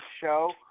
show